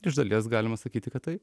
iš dalies galima sakyti kad taip